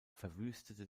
verwüstete